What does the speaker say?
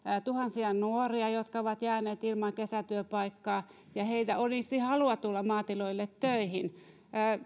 tuhansia nuoria jotka ovat jääneet ilman kesätyöpaikkaa ja heillä olisi halua tulla maatiloille töihin